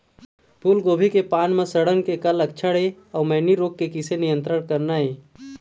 फूलगोभी के पान म सड़न के का लक्षण ये अऊ मैनी रोग के किसे नियंत्रण करना ये?